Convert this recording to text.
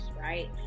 right